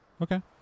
Okay